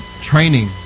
training